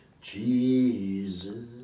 Jesus